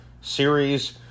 series